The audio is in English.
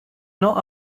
not